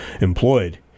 employed